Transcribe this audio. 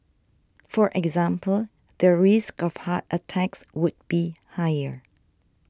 for example their risk of heart attacks would be higher